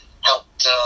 helped